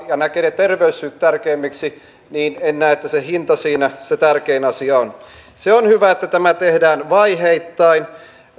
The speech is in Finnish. ja näkee ne terveyssyyt tärkeämmiksi niin en näe että se hinta siinä se tärkein asia on se on hyvä että tämä tehdään vaiheittain